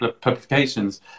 publications